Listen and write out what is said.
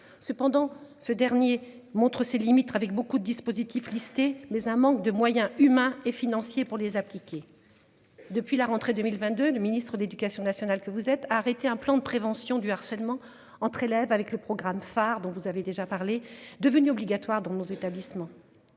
Cependant ce dernier montre ses limites avec beaucoup de dispositifs lister les un manque de moyens humains et financiers pour les appliquer. Depuis la rentrée 2022, le ministre de l'Éducation nationale que vous êtes arrêté un plan de prévention du harcèlement entre élèves avec le programme phare dont vous avez déjà parlé, devenu obligatoire dans nos établissements.